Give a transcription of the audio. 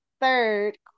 Third